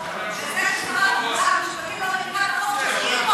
זה ששרת המשפטים לא מכירה את החוק זה הזוי,